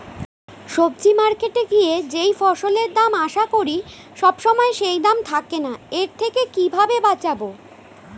সবজি মার্কেটে গিয়ে যেই ফসলের দাম আশা করি সবসময় সেই দাম থাকে না এর থেকে কিভাবে বাঁচাবো?